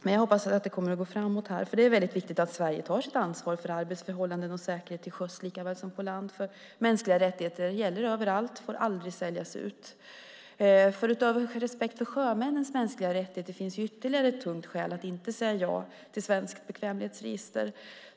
Men jag hoppas att det kommer att gå framåt här, för det är väldigt viktigt att Sverige tar sitt ansvar för arbetsförhållanden och säkerhet till sjöss lika väl som på land. Mänskliga rättigheter gäller överallt och får aldrig säljas ut. Utöver respekten för sjömännens mänskliga rättigheter finns ytterligare ett tungt skäl att inte säga ja till ett svenskt bekvämlighetsregister.